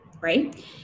Right